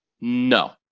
No